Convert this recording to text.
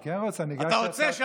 אני כן רוצה, אני הגשתי הצעת חוק.